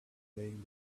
playing